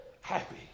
Happy